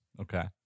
Okay